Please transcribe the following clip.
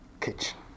kitchen